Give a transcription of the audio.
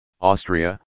Austria